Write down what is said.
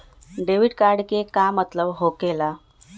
Debit card के का मतलब होकेला?